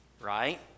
Right